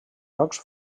jocs